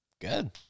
Good